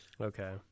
Okay